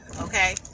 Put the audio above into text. Okay